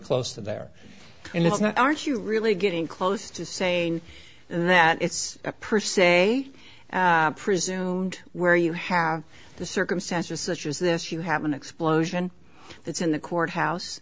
close to there and it's not aren't you really getting close to saying that it's a person a presumed where you have the circumstances such as this you have an explosion that's in the courthouse